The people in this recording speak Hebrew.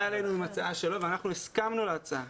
אלינו עם הצעה שלו ואנחנו הסכמנו להצעה